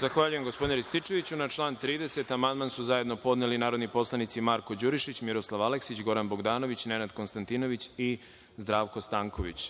Zahvaljujem, gospodine Rističeviću. Na član 30. amandman su zajedno podneli narodni poslanici Marko Đurišić, Miroslav Aleksić, Goran Bogdanović, Nenad Konstantinović i Zdravko Stanković.